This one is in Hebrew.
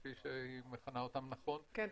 כפי שהיא מכנה אותם נכון -- כן.